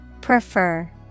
Prefer